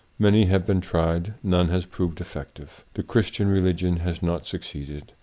many have been tried none has proved effective. the christian reli gion has not succeeded.